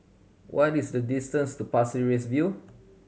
what is the distance to Pasir Ris View